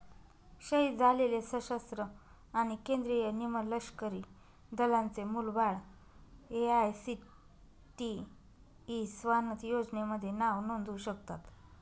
शहीद झालेले सशस्त्र आणि केंद्रीय निमलष्करी दलांचे मुलं बाळं ए.आय.सी.टी.ई स्वानथ योजनेमध्ये नाव नोंदवू शकतात